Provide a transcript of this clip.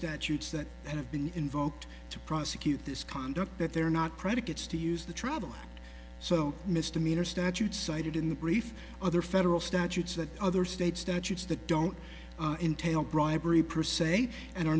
statutes that have been invoked to prosecute this conduct that they're not predicates to use the travel so mr meter statute cited in the brief other federal statutes that other states statutes that don't entailed bribery per se and are